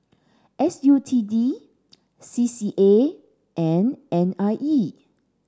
S U T D C C A and N I E